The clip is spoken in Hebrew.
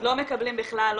לא מקבלים בכלל,